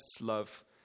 love